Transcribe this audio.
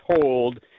told